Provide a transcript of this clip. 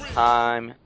time